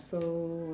so